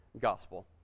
gospel